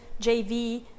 JV